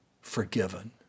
forgiven